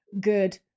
good